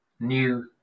new